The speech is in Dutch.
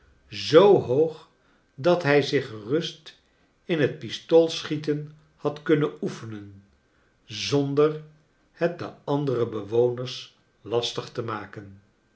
zoo hoog dat hij zich gerust in het pistoolschieten had kunnen oefenen zonder het den anderen bewoners lastig te maken